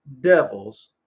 devils